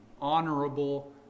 honorable